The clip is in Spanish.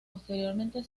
posteriormente